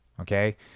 Okay